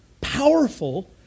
powerful